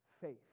faith